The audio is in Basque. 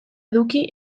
eduki